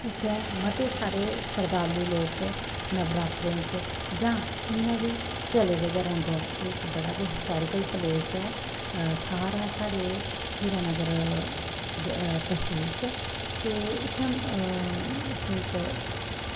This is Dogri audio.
उत्थें मते सारे शरधालु लोक नवरात्रें च जां इयां बी चले दे गै रौंह्दे ऐ एह् इक बड़ा गै हिस्टोरिकल प्लेस ऐ थाह्र ऐ साढ़े हीरानगर तसील च ते इत्थें इत्थै इक